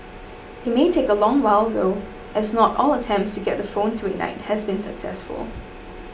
it may take a long while though as not all attempts to get the phone to ignite has been successful